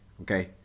okay